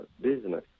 business